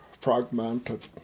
fragmented